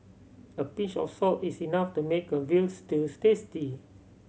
a pinch of salt is enough to make a veal stews tasty